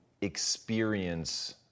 experience